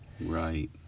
Right